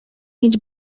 mieć